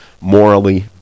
morally